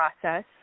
process